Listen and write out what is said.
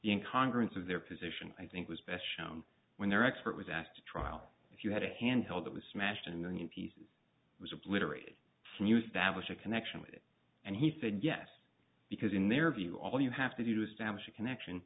in congress of their position i think was best shown when their expert was asked to trial if you had a hand held that was smashed in the new p c was obliterated from use that was a connection with it and he said yes because in their view all you have to do to establish a connection